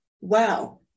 wow